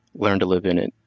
learn to live in it,